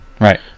Right